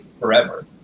forever